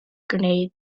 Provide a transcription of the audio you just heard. grenades